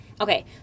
okay